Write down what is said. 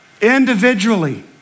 individually